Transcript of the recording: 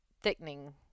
thickening